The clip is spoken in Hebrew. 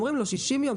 אומרים לו 60 ימים,